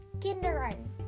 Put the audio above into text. kindergarten